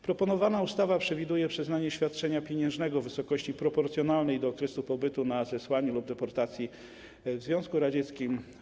Proponowana ustawa przewiduje przyznanie świadczenia pieniężnego w wysokości proporcjonalnej do okresu pobytu na zesłaniu lub deportacji w Związku Radzieckim.